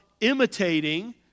imitating